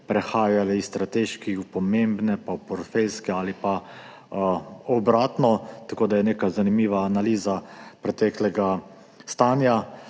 prehajale iz strateških v pomembne in portfeljske ali pa obratno, tako je neka zanimiva analiza preteklega stanja.